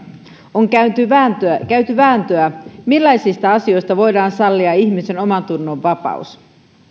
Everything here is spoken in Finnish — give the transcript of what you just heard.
on käyty vääntöä käyty vääntöä millaisista asioista voidaan sallia ihmisen omantunnonvapaus